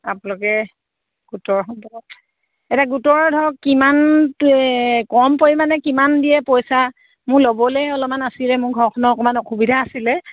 আপোনালোকে গোটৰ সম্পাদক এতিয়া গোটৰ ধৰক কিমান কম পৰিমাণে কিমান দিয়ে পইচা মোৰ ল'বলে অলপমান আছিলে মোৰ ঘৰখনৰ অকণমান অসুবিধা আছিলে